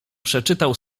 przeczytał